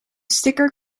sticker